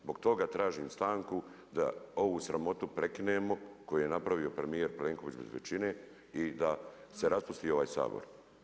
Zbog toga tražim stanku, da ovu sramotu prekinemo koju je napravio premijer Plenković bez većine i da se raspusti ovaj Sabor.